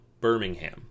Birmingham